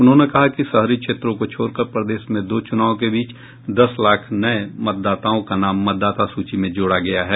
उन्होंने कहा कि शहरी क्षेत्रों को छोड़कर प्रदेश में दो चुनाव के बीच दस लाख नये मतदाताओं का नाम मतदाता सूची में जोड़ा गया है